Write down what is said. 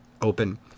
Open